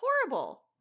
horrible